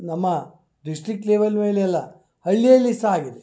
ನಮ್ಮ district level ಮೇಲೆಲ್ಲ ಹಳ್ಳಿ ಹಳ್ಳಿ ಸಹ ಆಗಿದೆ